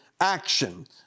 action